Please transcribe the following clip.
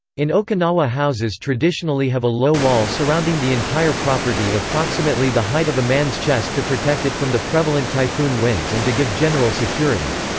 in okinawa houses traditionally have a low wall surrounding the entire property approximately the height of a man's chest to protect it from the prevalent typhoon winds and to give general security.